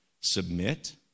submit